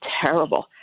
terrible